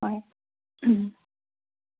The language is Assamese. হয়